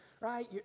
right